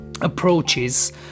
approaches